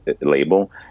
label